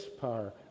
power